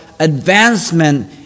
advancement